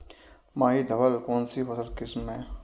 माही धवल कौनसी फसल की किस्म है?